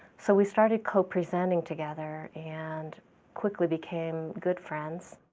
so we started co-presenting together and quickly became good friends.